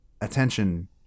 ...attention